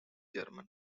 german